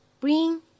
bring